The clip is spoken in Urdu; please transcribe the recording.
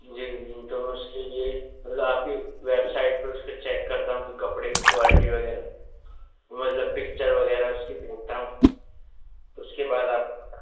جی جی تو اس کے لیے مطلب آپ کی ویبسائٹ پہ اس کو چیک کرتا ہوں کہ کپڑے کی کوالٹی وغیرہ تو مطلب پکچر وغیرہ اس کی دیکھتا ہوں اس کے بعد آپ کو بتاتا ہوں